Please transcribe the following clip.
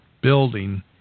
building